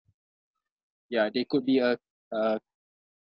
ya they could be uh uh